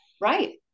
right